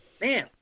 man